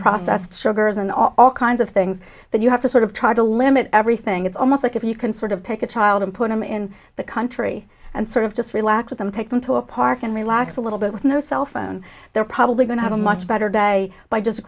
processed sugars and all kinds of things that you have to sort of try to limit everything it's almost like if you can sort of take a child and put them in the country and sort of just relax with them take them to a park and relax a little bit with no cell phone they're probably going to have a much better day by just